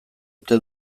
ote